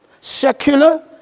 secular